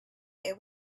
this